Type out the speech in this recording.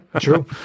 True